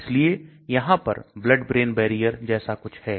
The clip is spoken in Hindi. इसलिए यहां पर Blood brain barrier जैसा कुछ है